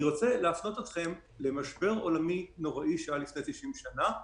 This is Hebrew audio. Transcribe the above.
אני רוצה להפנות אתכם למשבר עולמי נוראי שהיה לפני 90 שנה,